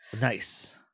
Nice